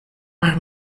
por